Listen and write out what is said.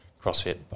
crossfit